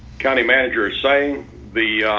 county manager is saying the